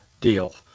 deal